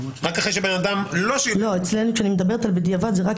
רק אחרי שבן אדם לא שילם --- כשאני מדברת בדיעבד זה רק